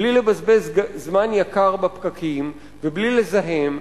בלי לבזבז זמן יקר בפקקים ובלי לזהם,